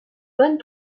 bonnes